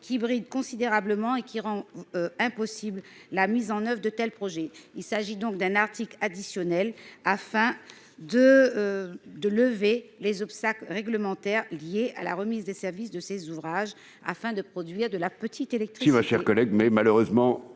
qui bride considérablement et qui rend impossible la mise en oeuvre de tels projets, il s'agit donc d'un article additionnel afin de de lever les obstacles réglementaires liées à la remise des services de ses ouvrages afin de produire de la petite.